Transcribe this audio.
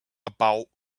about